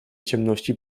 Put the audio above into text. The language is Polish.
ciemności